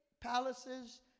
palaces